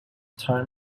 turn